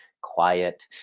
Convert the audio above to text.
Quiet